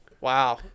Wow